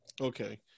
Okay